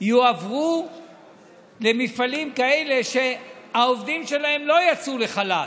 יועברו למפעלים כאלה שהעובדים שלהם לא יצאו לחל"ת,